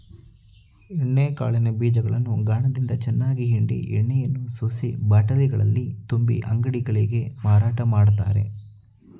ಎಣ್ಣೆ ಕಾಳಿನ ಬೀಜಗಳನ್ನು ಗಾಣದಿಂದ ಚೆನ್ನಾಗಿ ಹಿಂಡಿ ಎಣ್ಣೆಯನ್ನು ಸೋಸಿ ಬಾಟಲಿಗಳಲ್ಲಿ ತುಂಬಿ ಅಂಗಡಿಗಳಿಗೆ ಮಾರಾಟ ಮಾಡ್ತರೆ